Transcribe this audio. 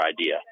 idea